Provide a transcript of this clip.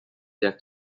their